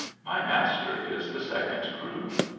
my master is the second groom.